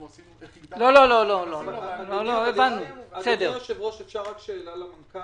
רגע, ביקש עודד פורר לשאול שאלה.